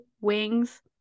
wings